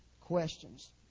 questions